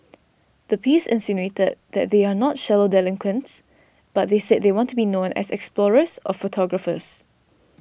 the piece insinuated that they are not shallow delinquents but said they want to be known as explorers or photographers